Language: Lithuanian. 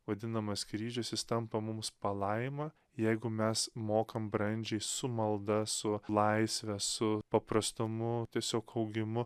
vadinamas kryžius jis tampa mums palaima jeigu mes mokam brandžiai su malda su laisve su paprastumu tiesiog augimu